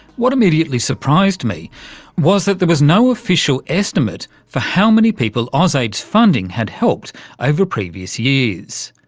what immediately surprised me was that there was no official estimate for how many people ausaid's funding had helped over previous years.